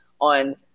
on